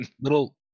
little